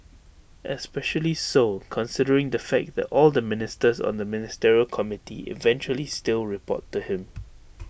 especially so considering the fact that all the ministers on the ministerial committee eventually still report to him